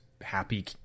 happy